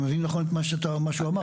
אם אני מבין נכון את מה שהוא אמר.